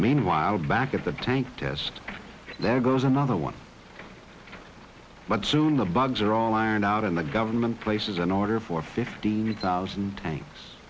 meanwhile back at the tank desk there goes another one but soon the bugs are all ironed out and the government places an order for fifteen thousand